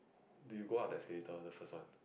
do you go up the escalator the first one